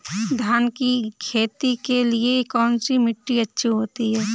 धान की खेती के लिए कौनसी मिट्टी अच्छी होती है?